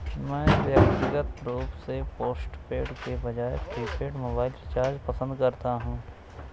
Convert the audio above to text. मैं व्यक्तिगत रूप से पोस्टपेड के बजाय प्रीपेड मोबाइल रिचार्ज पसंद करता हूं